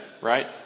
right